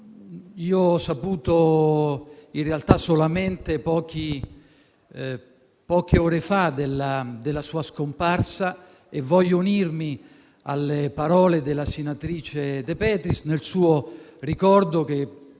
Io ho saputo, in realtà, solamente poche ore fa della sua scomparsa e voglio unirmi alle parole della senatrice De Petris nel suo ricordo, che